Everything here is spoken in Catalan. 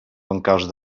bancals